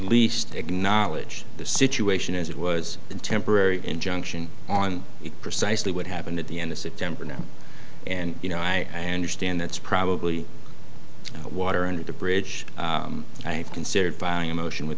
least acknowledge the situation as it was a temporary injunction on it precisely what happened at the end of september now and you know i and or stan that's probably water under the bridge i have considered buying a motion with